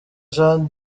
jean